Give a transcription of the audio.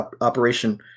Operation